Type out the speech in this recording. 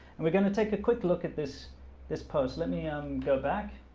and we're going to take a quick look at this this post. let me um go back